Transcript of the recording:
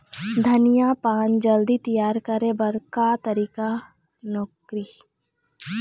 धनिया पान जल्दी तियार करे बर का तरीका नोकरी?